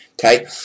okay